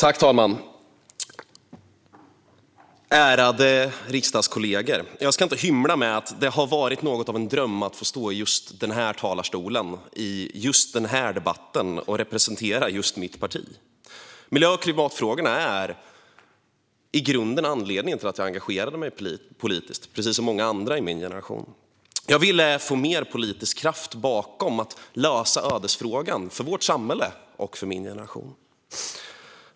Fru talman och ärade riksdagskollegor! Jag ska inte hymla med att det har varit något av en dröm att få stå i just denna talarstol i just denna debatt och representera just mitt parti. Miljö och klimatfrågorna är i grunden anledningen till att jag engagerade mig politiskt, precis som för många andra i min generation. Jag ville få mer politisk kraft bakom att lösa ödesfrågan för vårt samhälle och för min generation.